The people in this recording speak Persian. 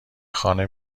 خانه